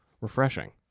refreshing